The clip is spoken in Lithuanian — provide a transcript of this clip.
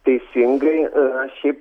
teisingai na šiaip